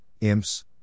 imps